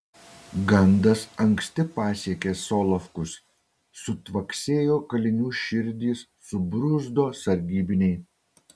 gandas anksti pasiekė solovkus sutvaksėjo kalinių širdys subruzdo sargybiniai